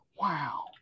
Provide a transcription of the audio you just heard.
wow